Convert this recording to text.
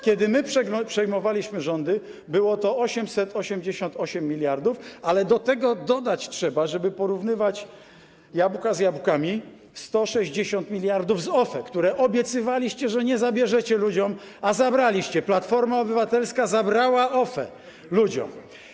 Kiedy my przejmowaliśmy rządy, było to 888 mld, ale do tego trzeba dodać, żeby porównywać jabłka z jabłkami, 160 mld z OFE, które obiecywaliście, że nie zabierzecie ludziom, a zabraliście, Platforma Obywatelska zabrała środki z OFE ludziom.